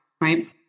right